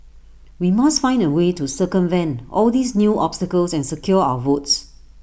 we must find A way to circumvent all these new obstacles and secure our votes